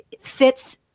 fits